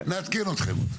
נעדכן אתכם.